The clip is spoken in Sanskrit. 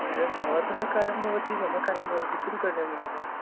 एव भवतः कार्यं भवति मम कार्यं भवति किं करणीयं महोदय